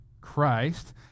Christ